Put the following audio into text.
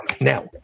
now